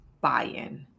buy-in